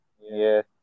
Yes